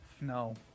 no